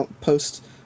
post